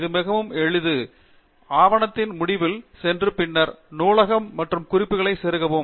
இது மிகவும் எளிது ஆவணத்தின் முடிவில் சென்று பின்னர் நூலகம் மற்றும் குறிப்புகளை செருகவும்